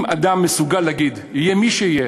אם אדם מסוגל להגיד, יהיה מי שיהיה,